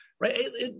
right